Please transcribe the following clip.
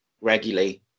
regularly